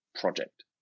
project